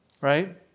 Right